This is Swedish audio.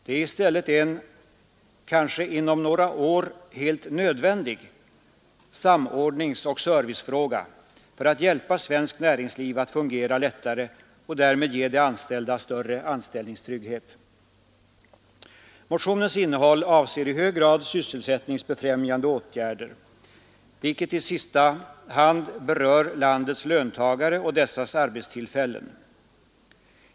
Det är i stället fråga om en — kanske inom några år helt nödvändig — samordning och service för att hjälpa svenskt näringsliv att fungera lättare och därmed ge de anställda större anställningstrygghet. Motionens innehåll avser i hög grad sysselsättningsbefrämjande åtgärder, vilket i sista hand berör landets löntagare och deras arbetstillfällen.